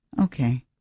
okay